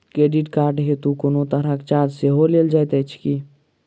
Credit card हेतु कोनो तरहक चार्ज सेहो लेल जाइत अछि की?